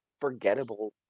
forgettable